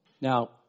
Now